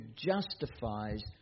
justifies